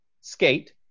Skate